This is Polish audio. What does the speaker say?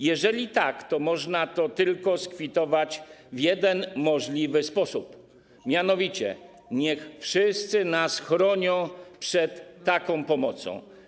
Jeżeli tak, to można to tylko skwitować w jeden możliwy sposób, mianowicie: niech wszyscy nas chronią przed taką pomocą.